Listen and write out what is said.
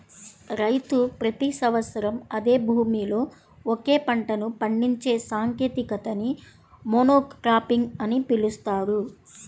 రైతు ప్రతి సంవత్సరం అదే భూమిలో ఒకే పంటను పండించే సాంకేతికతని మోనోక్రాపింగ్ అని పిలుస్తారు